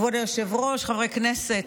כבוד היושב-ראש, חברי כנסת,